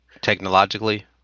technologically